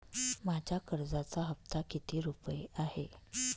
माझ्या कर्जाचा हफ्ता किती रुपये आहे?